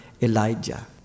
Elijah